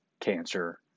cancer